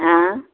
आं